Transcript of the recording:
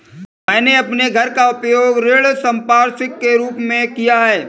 मैंने अपने घर का उपयोग ऋण संपार्श्विक के रूप में किया है